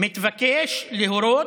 מתבקש להורות,